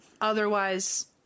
Otherwise